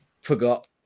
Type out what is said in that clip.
forgot